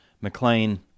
McLean